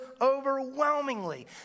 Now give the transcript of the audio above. overwhelmingly